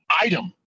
item